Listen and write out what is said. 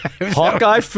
Hawkeye